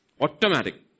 Automatic